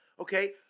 okay